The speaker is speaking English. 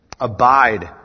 Abide